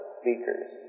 speakers